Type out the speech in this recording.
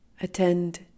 Attend